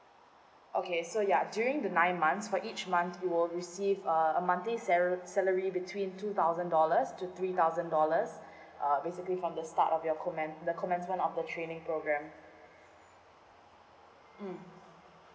okay so ya during the nine months for each month you will receive a a monthly sala~ salary between two thousand dollars to three thousand dollars uh basically from the start of your comment the commencement of the training program mm